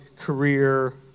career